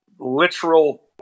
Literal